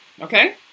Okay